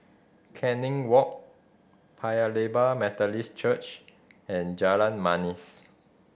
Canning Walk Paya Lebar Methodist Church and Jalan Manis